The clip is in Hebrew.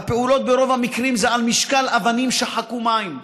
הפעולות ברוב המקרים זה על משקל אבנים שחקו מים,